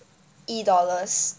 e-dollars